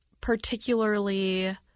particularly